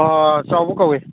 ꯆꯥꯎꯕ ꯀꯧꯏ